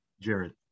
Jared